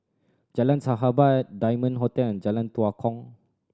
Jalan Sahabat Diamond Hotel and Jalan Tua Kong